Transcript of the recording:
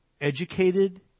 educated